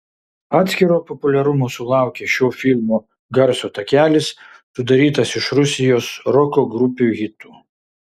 atskiro populiarumo sulaukė šio filmo garso takelis sudarytas iš rusijos roko grupių hitų